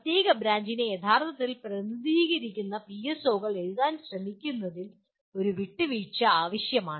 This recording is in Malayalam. പ്രത്യേക ബ്രാഞ്ചിനെ യഥാർത്ഥത്തിൽ പ്രതിനിധീകരിക്കുന്ന പിഎസ്ഒകൾ എഴുതാൻ ശ്രമിക്കുന്നതിൽ ഒരു വിട്ടുവീഴ്ച ആവശ്യമാണ്